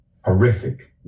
horrific